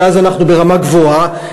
שאז אנחנו ברמה גבוהה,